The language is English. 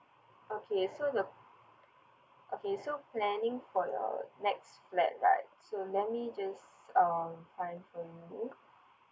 okay so the okay so planning for the next flat right so let me just um find for you